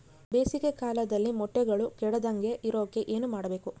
ಬೇಸಿಗೆ ಕಾಲದಲ್ಲಿ ಮೊಟ್ಟೆಗಳು ಕೆಡದಂಗೆ ಇರೋಕೆ ಏನು ಮಾಡಬೇಕು?